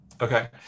Okay